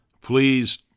please